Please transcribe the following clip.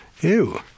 Ew